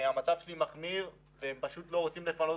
המצב שלי מחמיר והם פשוט לא רוצים לפנות